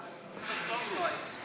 תודה, אדוני היושב-ראש.